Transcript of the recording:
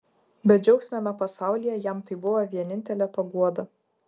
bedžiaugsmiame pasaulyje jam tai buvo vienintelė paguoda